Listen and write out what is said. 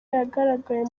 yagaragaye